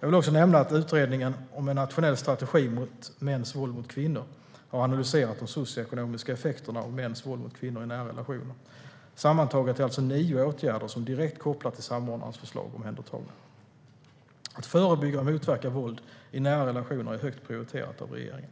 Jag vill också nämna att utredningen om en nationell strategi mot mäns våld mot kvinnor har analyserat de socioekonomiska effekterna av mäns våld mot kvinnor i nära relationer. Sammantaget är alltså nio åtgärder, som direkt kopplar till samordnarens förslag, omhändertagna. Att förebygga och motverka våld i nära relationer är högt prioriterat av regeringen.